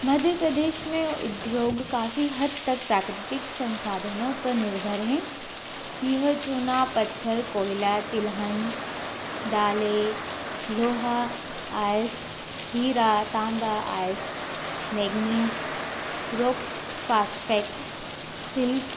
मध्य प्रदेश में उद्योग काफ़ी हद तक प्राकृतिक संसाधनों पर निर्भर हैं यह चुना पत्थर कोयला तिलहन दाले लोहा आयस्क हीरा तांबा आयस्क मेग्निज़ रोक फास्टफैक्ट शिल्क